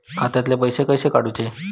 खात्यातले पैसे कसे काडूचे?